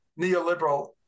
neoliberal